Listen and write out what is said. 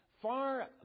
Far